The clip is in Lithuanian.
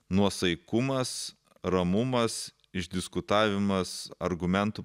nuosaikumas ramumas išdiskutavimas argumentų